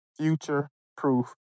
Future-proof